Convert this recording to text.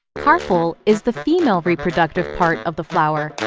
carpel is the female reproductive part of the flower.